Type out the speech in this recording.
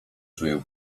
czuję